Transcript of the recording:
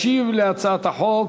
ישיב על הצעת החוק